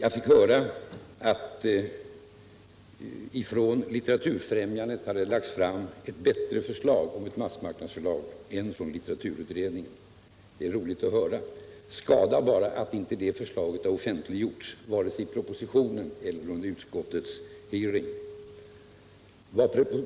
Vi fick höra att det ifrån Litteraturfrämjandet hade lagts fram ett bättre förslag om massmarknadsförlag än från litteraturutredningen. Det är roligt att höra — skada bara att det inte har offentliggjorts vare sig i propositionen eller under utskottets hearing.